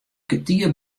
kertier